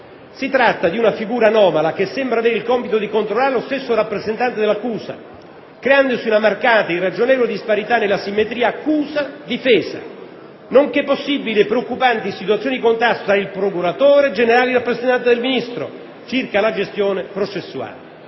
si tratta di una figura anomala che sembra avere il compito di controllare lo stesso rappresentante dell'accusa, creandosi una marcata e irragionevole disparità nella simmetria «accusa-difesa» nonché possibili e preoccupanti situazioni di contrasto tra il procuratore generale e il rappresentante del Ministro circa la gestione processuale.